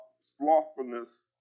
slothfulness